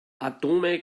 atome